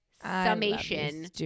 summation